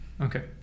Okay